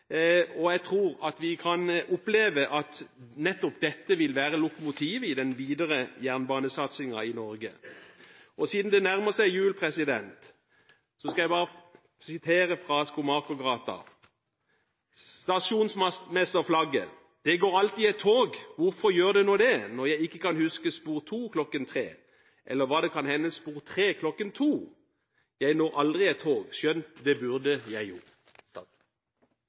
og jeg tror at vi kan oppleve at nettopp dette vil være lokomotivet i den videre jernbanesatsingen i Norge. Og siden det nærmer seg jul , vil jeg sitere fra Jul i Skomakergata, fra Stasjonsmester Flagges vise: «Det går alltid et tog. Hvorfor gjør det nå det? Når jeg ikke kan huske spor 2 kl. 3, eller var det kan hende spor 3 kl. 2? Jeg når aldri et tog, skjønt det burde jeg jo.»